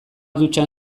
dutxan